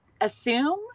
assume